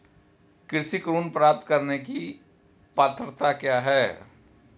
कृषि ऋण प्राप्त करने की पात्रता क्या है?